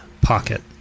pocket